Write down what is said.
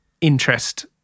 interest